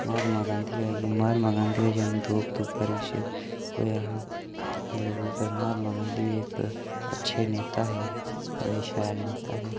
महात्मा गांधी आई गे महात्मा गांधी दा जन्म दो अक्तूबर च होएया हा दो अक्तूबर महात्मा गांधी बी इक अच्छे नेता हे बड़े शैल नेता हे